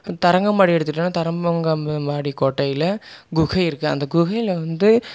தரங்கம்பாடி எடுத்துகிட்டோன்னா தரம்பங்கம்கம்பாடி கோட்டையில் குகை இருக்கு அந்த குகையில் வந்து